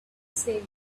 said